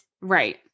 Right